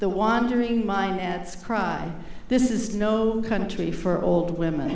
the wandering mind cry this is no country for old women